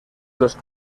los